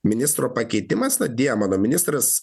ministro pakeitimas ministras